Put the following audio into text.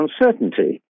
uncertainty